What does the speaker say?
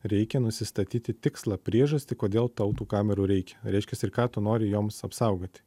reikia nusistatyti tikslą priežastį kodėl tau tų kamerų reikia reiškias ir ką tu nori joms apsaugoti